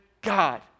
God